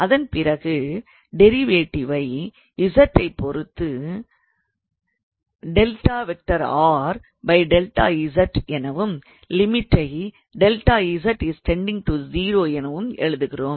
அதன் பிறகு டிரைவேட்டிவை z ஐ பொறுத்து எனவும் லிமிட்டை 𝛿𝑧 → 0 எனவும் எழுதுகிறோம்